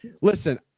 listen